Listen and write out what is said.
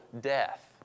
death